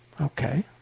Okay